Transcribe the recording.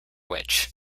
which